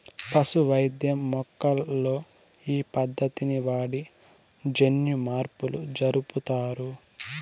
పశు వైద్యం మొక్కల్లో ఈ పద్దతిని వాడి జన్యుమార్పులు జరుపుతారు